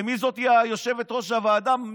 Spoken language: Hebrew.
ומי זאת יושבת-ראש הוועדה?